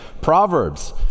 Proverbs